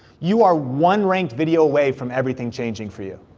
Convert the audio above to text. you are one ranked video away from everything changing for you.